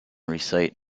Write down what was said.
recite